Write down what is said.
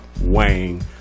Wang